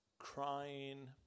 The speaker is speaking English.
crying